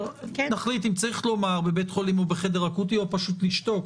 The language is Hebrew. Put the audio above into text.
נחליט אם צריך לומר בבית חולים או בחדר אקוטי או פשוט לשתוק,